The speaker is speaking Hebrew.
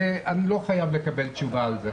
ואני לא חייב לקבל תשובה על זה.